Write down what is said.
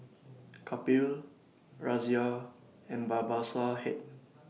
Kapil Razia and Babasaheb